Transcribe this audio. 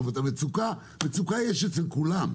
מצוקת דיור יש אצל כולם,